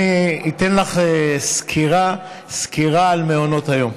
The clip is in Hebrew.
אני אתן לך סקירה על מעונות היום.